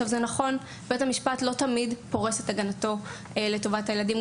וזה נכון שלא תמיד הוא פועל כך ופורס את הגנתנו לטובת הילדים.